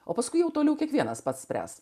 o paskui jau toliau kiekvienas pats spręs